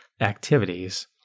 activities